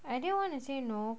I didn't want to say no